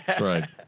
right